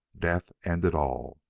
death ended all.